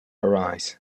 arise